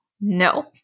No